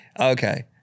okay